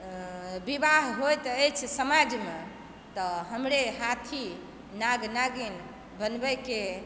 विवाह होइत अछि समाजमे तऽ हमरे हाथी नाग नागिन बनबयके